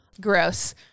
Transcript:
Gross